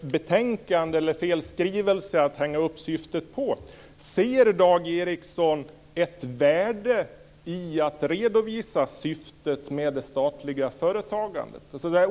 betänkande eller fel skrivelse att hänga upp syftet på, om han ser ett värde i att redovisa syftet med det statliga företagandet?